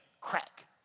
crack